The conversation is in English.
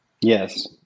Yes